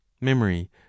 memory